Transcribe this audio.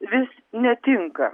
vis netinka